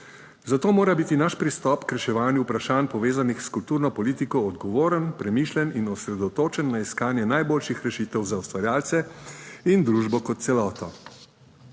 zato mora biti naš pristop k reševanju vprašanj povezanih s kulturno politiko odgovoren, premišljen in osredotočen na iskanje najboljših rešitev za ustvarjalce in družbo kot celoto.